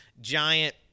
giant